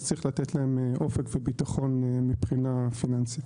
אז צריך לתת להם אופק וביטחון מבחינה פיננסית.